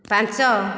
ପାଞ୍ଚ